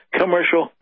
commercial